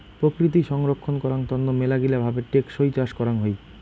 প্রকৃতি সংরক্ষণ করাং তন্ন মেলাগিলা ভাবে টেকসই চাষ করাং হই